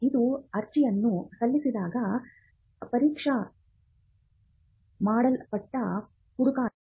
ಇದು ಅರ್ಜಿಯನ್ನು ಸಲ್ಲಿಸಿದಾಗ ಪರೀಕ್ಷಕರಿಂದ ಮಾಡಲ್ಪಟ್ಟ ಹುಡುಕಾಟವಾಗಿದೆ